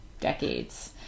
decades